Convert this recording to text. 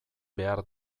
behar